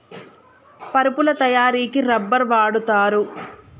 పరుపుల తయారికి రబ్బర్ వాడుతారు